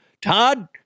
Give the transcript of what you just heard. Todd